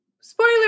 spoiler